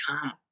Come